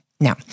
No